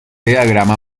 diagrama